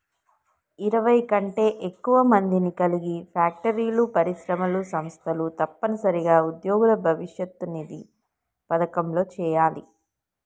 ఇరవై కంటే ఎక్కువ మందిని కలిగి ఫ్యాక్టరీలు పరిశ్రమలు సంస్థలు తప్పనిసరిగా ఉద్యోగుల భవిష్యత్ నిధి పథకంలో చేయాలి